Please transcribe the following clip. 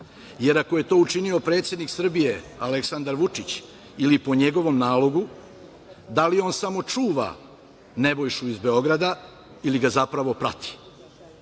jer ako je to učinio predsednik Srbije Aleksandar Vučić ili po njegovom nalogu, da li on samo čuva Nebojšu iz Beograda ili ga zapravo prati?